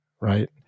right